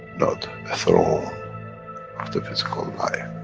not a throne of the physical life.